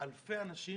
אלפי אנשים